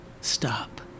stop